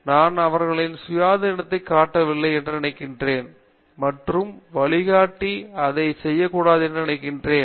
பேராசிரியர் ரவீந்திர கெட்டூ நான் அவர்களின் சுயாதீனத்தை காட்டவில்லை என்று நினைக்கிறேன் மற்றும் வழிகாட்டி இதை செய்யக்கூடாது என்று நினைக்கிறேன்